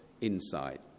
insight